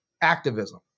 activism